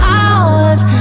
hours